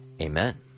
Amen